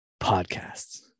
Podcasts